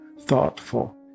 thoughtful